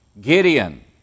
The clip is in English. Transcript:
Gideon